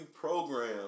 program